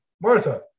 Martha